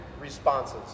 Responses